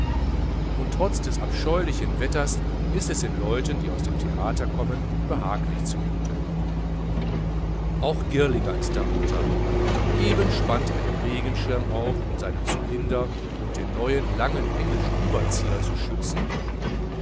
und trotz des abscheulichen wetters ist es den leuten die aus dem theater kommen behaglich zu mute auch girlinger ist darunter eben spannt er den regenschirm auf um seinen cylinder und den neuen langen englischen überzieher zu schützen